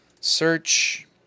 Search